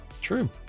True